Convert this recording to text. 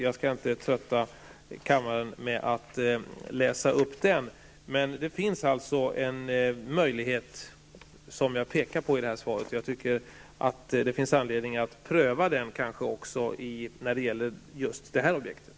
Jag skall inte trötta kammaren med att läsa upp den, men det finns alltså en möjlighet som jag visar på i svaret. Jag tycker att det finns anledning att pröva den också när det gäller just det här objektet.